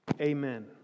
Amen